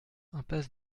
impasse